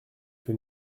que